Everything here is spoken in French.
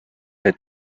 pet